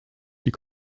die